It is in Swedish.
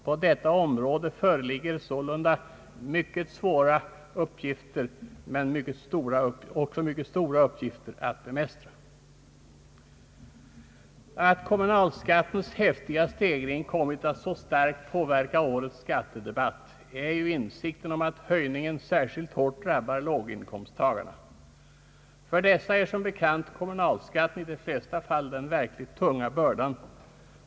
På detta område föreligger sålunda mycket svåra men också mycket stora uppgifter att bemästra. Att kommunalskattens häftiga stegring kommit att så starkt påverka årets skattedebatt beror på insikten om att höjningen = särskilt hårt drabbar låginkomsttagarna. För dessa är som bekant kommunalskatten i de flesta fall den verkligt tunga bördan.